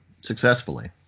successfully